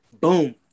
boom